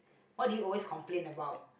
what did you always complained about